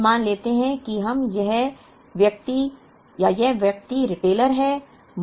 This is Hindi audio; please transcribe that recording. अब मान लेते हैं कि हम या यह व्यक्ति रिटेलर हैं